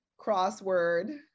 Crossword